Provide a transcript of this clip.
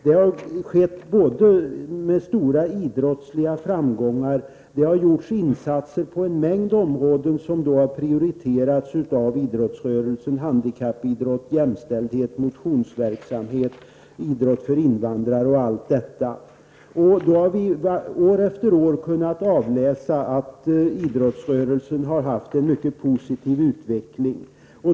Det har skett stora idrottsliga framgångar, och det har gjorts insatser på en mängd områden som har prioriterats av idrottsrörelsen — handikappidrott, jämställdhet, motionsverksamhet, idrott för invandrare, m.m. År efter år har vi kunnat avläsa att idrottsrörelsen har haft en mycket positiv utveckling.